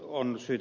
kun ed